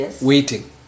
waiting